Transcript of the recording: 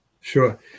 sure